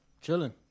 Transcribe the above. chilling